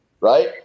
right